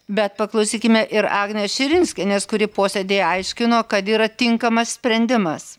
bet paklausykime ir agnės širinskienės kuri posėdyje aiškino kad yra tinkamas sprendimas